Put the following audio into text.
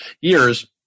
years